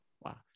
Wow